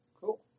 Cool